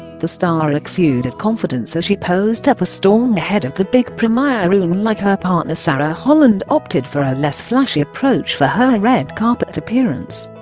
the star exuded confidence as she posed up a storm ahead of the big premiereunlike her partner sarah, holland opted for a less flashy approach for her red carpet appearance